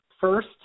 First